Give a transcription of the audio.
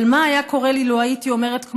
אבל מה היה קורה לי לו הייתי אומרת,